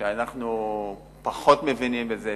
שאנחנו פחות מבינים בזה,